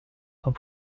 sans